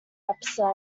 upset